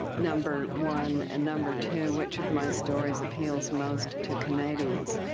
number one. and number two, which of my stories appeals most to canadians?